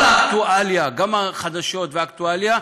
כל האקטואליה, גם החדשות והאקטואליה,